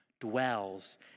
dwells